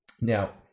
Now